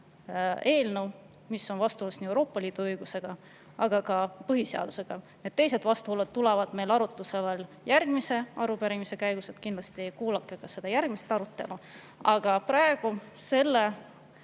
eelnõu, mis on vastuolus nii Euroopa Liidu õigusega kui ka põhiseadusega. Teised vastuolud tulevad meil arutlusele järgmise arupärimise käigus. Kindlasti kuulake ka järgmist arutelu, aga praegu selle